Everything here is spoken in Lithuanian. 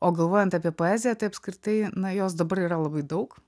o galvojant apie poeziją tai apskritai na jos dabar yra labai daug